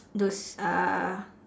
those uh